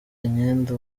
imyenda